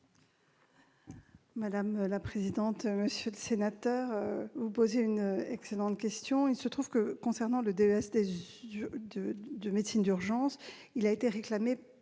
Mme la ministre. Monsieur le sénateur, vous posez une excellente question. Il se trouve que le DESC de médecine d'urgence a été réclamé